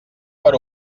per